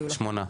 שמונה.